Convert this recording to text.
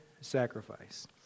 sacrifice